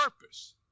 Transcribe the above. purpose